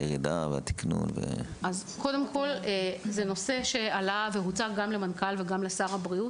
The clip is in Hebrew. זה נושא שהוצג לשר הבריאות ולמנכ"ל המשרד.